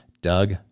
Doug